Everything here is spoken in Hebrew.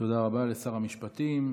תודה רבה לשר המשפטים.